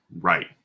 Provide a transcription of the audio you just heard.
right